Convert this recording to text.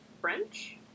French